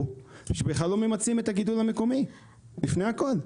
שבכלל לא ממצים את הגידול המקומי לפני הכל.